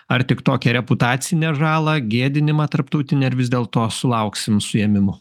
ar tik tokią reputacinę žalą gėdinimą tarptautinę ar vis dėlto sulauksim suėmimo